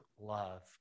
love